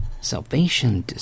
Salvation